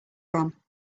from